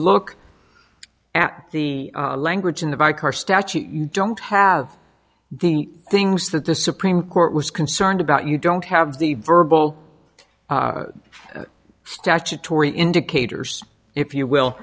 look at the language in the by car statute you don't have the things that the supreme court was concerned about you don't have the verbal statutory indicators if you will